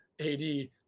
ad